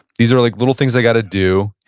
these are like little things i gotta do,